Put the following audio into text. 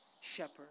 shepherd